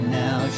now